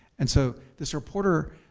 and so this reporter